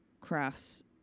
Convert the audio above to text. crafts